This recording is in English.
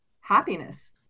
Happiness